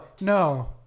No